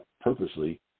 purposely